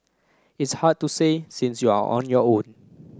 it's hard to say since you're on your own